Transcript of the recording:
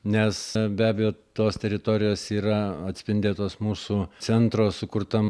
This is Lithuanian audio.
nes be abejo tos teritorijos yra atspindėtos mūsų centro sukurtam